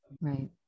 Right